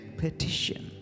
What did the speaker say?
petition